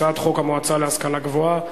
הצעת חוק המועצה להשכלה גבוהה,